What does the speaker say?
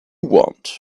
want